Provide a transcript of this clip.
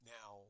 Now